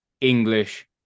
English